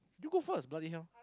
you go first bloody hell